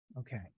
okay